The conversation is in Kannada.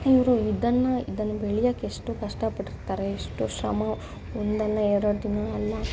ಇವರು ಇದನ್ನು ಇದನ್ನ ಬೆಳೆಯೋಕ್ಕೆಷ್ಟು ಕಷ್ಟಪಟ್ಟಿರ್ತಾರೆ ಎಷ್ಟೋ ಶ್ರಮ ಒಂದಲ್ಲ ಎರಡು ದಿನ ಅಲ್ಲ